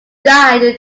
died